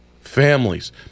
families